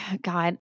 God